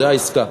זו העסקה.